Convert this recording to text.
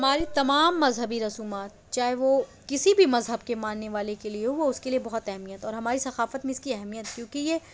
ہماری تمام مذہبی رسومات چاہے وہ کسی بھی مذہب کے ماننے والے کے لیے ہو وہ اس کے لیے بہت اہمیت اور ہمارے ثقافت میں اس کی اہمیت ہے کیونکہ یہ